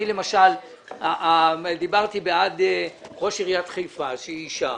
אני למשל דיברתי בעד ראש עיריית חיפה שהיא אישה